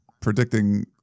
predicting